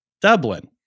Dublin